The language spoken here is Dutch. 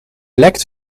lekt